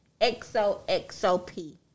XOXOP